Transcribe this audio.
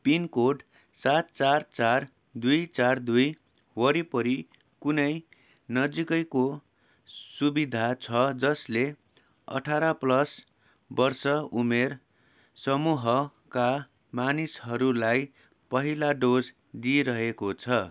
pin code सात चार चार दुई चार दुई वरिपरि कुनै नजिकैको सुविधा छ जसले अठार प्लस वर्ष उमेर समूहका मानिसहरूलाई पहिला डोज दिइरहेको छ